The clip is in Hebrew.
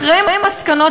אחרי מסקנות,